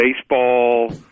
baseball